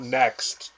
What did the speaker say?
next